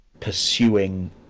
pursuing